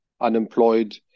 unemployed